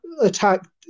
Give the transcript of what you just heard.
attack